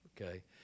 okay